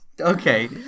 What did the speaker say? Okay